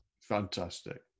Fantastic